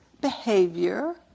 behavior